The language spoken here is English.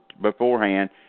beforehand